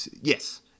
yes